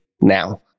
now